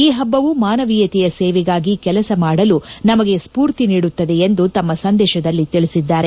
ಈ ಹಬ್ಬವು ಮಾನವೀಯತೆಯ ಸೇವೆಗಾಗಿ ಕೆಲಸ ಮಾಡಲು ನಮಗೆ ಸ್ಪೂರ್ತಿ ನೀಡುತ್ತದೆ ಎಂದು ತಮ್ನ ಸಂದೇಶದಲ್ಲಿ ತಿಳಿಸಿದ್ದಾರೆ